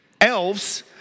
elves